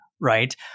right